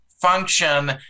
function